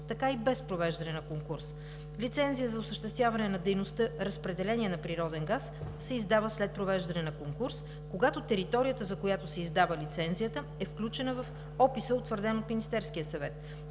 така и без провеждане на конкурс. Лицензия за осъществяване на дейността „разпределение на природен газ“ се издава след провеждане на конкурс, когато територията, за която се издава лицензията, е включена в описа, утвърден от Министерския съвет.